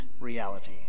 reality